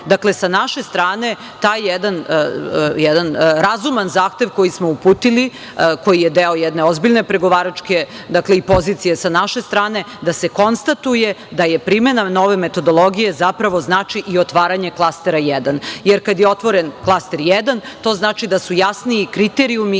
važno sa naše strane taj jedan razuman zahtev koji smo uputili, koji je deo jedne ozbiljne pregovaračke i pozicije sa naše strane, da se konstatuje da je primena nove metodologije zapravo znači i otvaranje klastera 1, jer kad je otvoren klaster 1 to znači da su jasniji kriterijumi